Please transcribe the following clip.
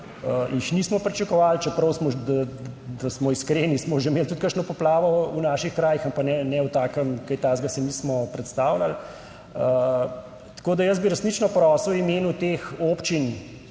nismo pričakovali, čeprav smo, da smo iskreni, smo že imeli tudi kakšno poplavo v naših krajih, ampak kaj takega si nismo predstavljali. Tako da jaz bi resnično prosil v imenu teh občin